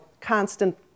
constant